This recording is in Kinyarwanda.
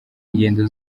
ingendo